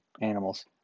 Animals